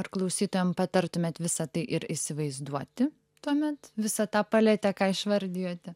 ar klausytojams patartumėt visa tai ir įsivaizduoti tuomet visą tą paletę ką išvardijote